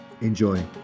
Enjoy